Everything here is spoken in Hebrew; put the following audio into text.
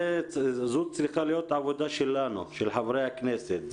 זו צריכה להיות עבודה שלנו, של חברי הכנסת.